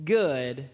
good